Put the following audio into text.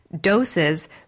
doses